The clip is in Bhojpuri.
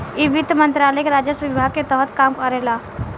इ वित्त मंत्रालय के राजस्व विभाग के तहत काम करेला